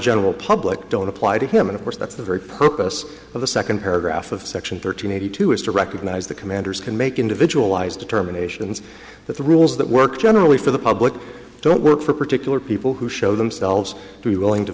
general public don't apply to him and of course that's the very purpose of the second paragraph of section thirteen eighty two is to recognise the commanders can make individual eyes determinations that the rules that work generally for the public don't work for particular people who show themselves to be willing to